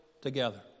together